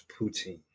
poutine